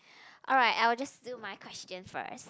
alright I will just do my question first